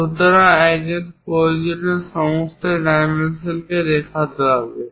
সুতরাং একজনকে প্রয়োজনীয় সমস্ত ডাইমেনশন দেখাতে হবে